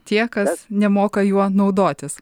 tie kas nemoka juo naudotis